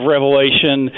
Revelation